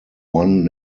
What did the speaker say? one